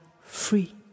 free